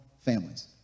families